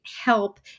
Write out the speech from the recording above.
help